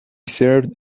served